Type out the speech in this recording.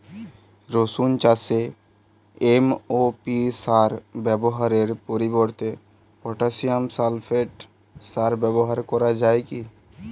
রসুন চাষে এম.ও.পি সার ব্যবহারের পরিবর্তে পটাসিয়াম সালফেট সার ব্যাবহার করা যায় কি?